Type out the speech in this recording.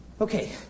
Okay